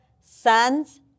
sons